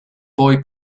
boy